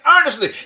earnestly